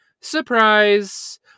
surprise